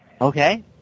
Okay